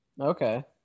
Okay